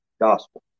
gospel